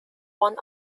one